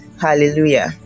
hallelujah